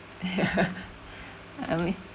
I mean